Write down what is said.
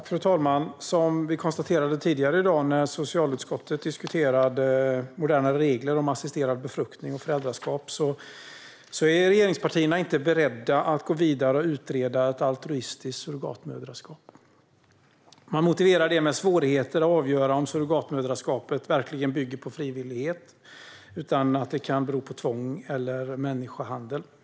Fru talman! Som vi konstaterade tidigare i dag när socialutskottet diskuterade modernare regler om assisterad befruktning och föräldraskap är regeringspartierna inte beredda att gå vidare och utreda ett altruistiskt surrogatmoderskap. Man motiverar det med svårigheter att avgöra om surrogatmoderskapet verkligen bygger på frivillighet utan att det kan bero på tvång eller människohandel.